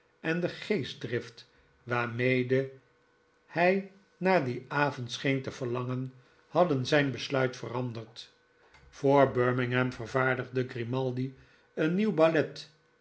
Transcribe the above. en de geestdrift waarmede hij naar dien avond scheen te verlangen hadden zijn besluit veranderd voor birmingham vervaardigde grimaldi een nieuw ballet